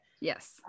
yes